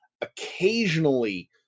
Occasionally